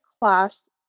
class